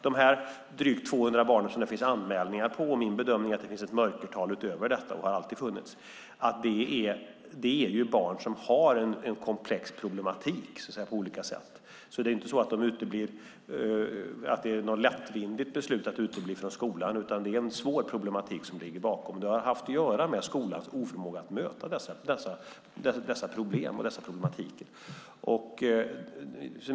De drygt 200 barn som det finns anmälningar på - min bedömning är att det finns och har alltid funnits ett mörkertal utöver detta - är barn som på olika sätt har en komplex problematik. Det är inte något lättvindigt beslut att utebli från skolan, utan det ligger en svår problematik bakom. Det har haft att göra med skolans oförmåga att möta den problematiken.